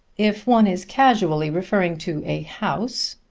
if one is casually referring to a house,